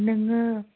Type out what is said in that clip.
नोङो